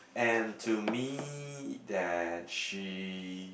and to me that she